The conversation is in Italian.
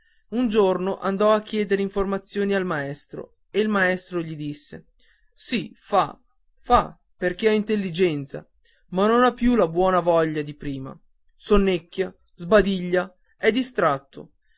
un giorno andò a chiedere informazioni al maestro e il maestro gli chiese sì fa fa perché ha intelligenza ma non ha più la voglia di prima sonnecchia sbadiglia è distratto